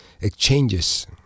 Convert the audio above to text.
exchanges